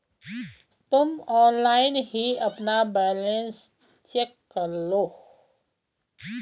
तुम ऑनलाइन ही अपना बैलन्स चेक करलो